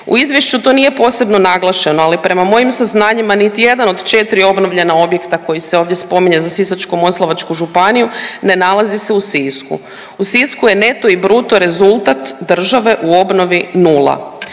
U izvješću to nije posebno naglašeno, ali prema mojim saznanjima niti jedan od 4 obnovljena objekta koji se ovdje spominje za Sisačko-moslavačku županiju ne nalazi se u Sisku. U Sisku je neto i bruto rezultat države u obnovi nula.